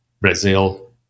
Brazil